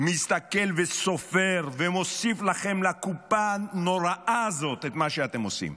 מסתכל וסופר ומוסיף לכם לקופה הנוראה הזאת את מה שאתם עושים.